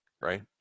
right